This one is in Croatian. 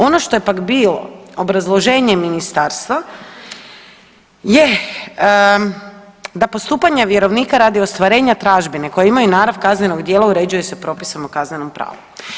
Ono što je pak bilo obrazloženje ministarstva je da postupanje vjerovnika radi ostvarenja tražbine koja imaju narav kaznenog djela uređuje se propisom o kaznenom pravu.